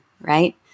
right